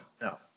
No